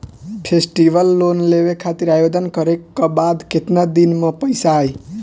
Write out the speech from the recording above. Festival loan लेवे खातिर आवेदन करे क बाद केतना दिन म पइसा आई?